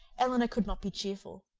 elinor could not be cheerful.